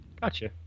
Gotcha